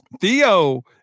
Theo